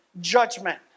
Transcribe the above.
judgment